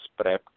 prepped